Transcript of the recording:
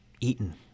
eaten